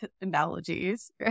analogies